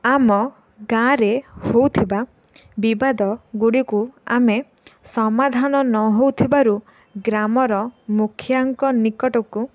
ଆମ ଗାଁରେ ହେଉଥିବା ବିବାଦଗୁଡ଼ିକୁ ଆମେ ସାମାଧାନ ନହେଉଥିବାରୁ ଗ୍ରାମର ମୁଖିଆଙ୍କ ନିକଟକୁ